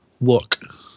look